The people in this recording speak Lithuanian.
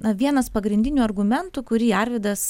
na vienas pagrindinių argumentų kurį arvydas